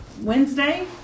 Wednesday